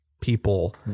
people